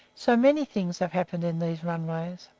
so many things have happened in these runways!